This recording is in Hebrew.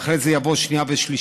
ואחרי זה יבואו שנייה ושלישית: